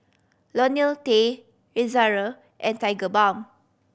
Lonil T Ezerra and Tigerbalm